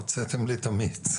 הוצאתם לי את המיץ.